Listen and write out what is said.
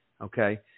okay